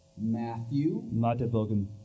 Matthew